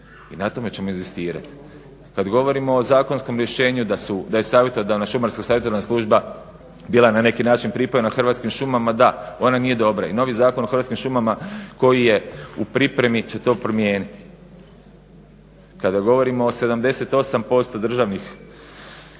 i na tome ćemo inzistirati. Kad govorimo o zakonskom rješenju da je Šumarska savjetodavna služba bila na neki način pripojena Hrvatskim šumama, da, ona nije dobra. I novi Zakon o Hrvatskim šumama koji je u pripremi će to promijeniti. Kada govorimo o 78% državnih